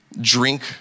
drink